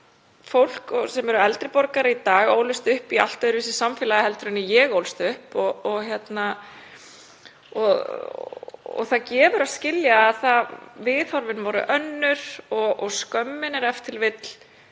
Fólk sem er eldri borgarar í dag ólst upp í allt öðruvísi samfélagi en ég ólst upp í og það gefur að skilja að viðhorfin voru önnur og skömmin er e.t.v.